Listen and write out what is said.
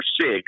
sick